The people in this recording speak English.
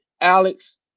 Alex